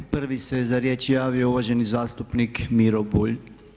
Prvi se za riječ javio uvaženi zastupnik Miro Bulj.